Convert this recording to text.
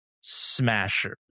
smasher